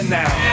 now